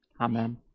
Amen